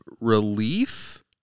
relief